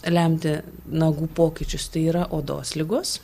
lemti nagų pokyčius tai yra odos ligos